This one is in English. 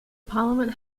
parliament